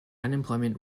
unemployment